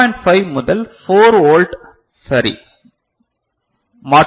5 முதல் 4 வோல்ட் சரி மாற்றும்